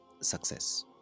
success